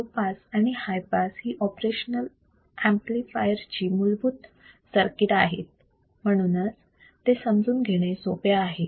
low pass आणि high pass ही operational amplifier ची मूलभूत सर्किट आहेत म्हणूनच ते समजून घेणे सोपे आहे